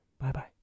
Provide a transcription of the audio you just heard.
Bye-bye